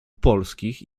polskich